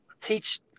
teach